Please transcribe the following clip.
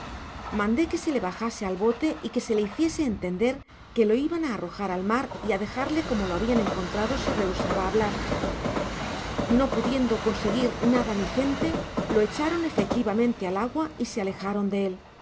mandé que se le bajase a bote y que se le hiciese entender quo lo iban á arrojar al mar y á dejarle como lo habian encontrado si rehusaba hablar no pudiendo conseguir nada mi gente lo echaron efectivamente al agua y se alejaron de él